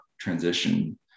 transition